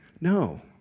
No